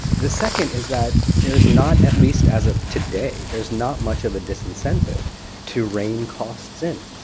the second is that there is not, at least as of today, there's not much of a disincentive to rein costs in.